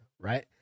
Right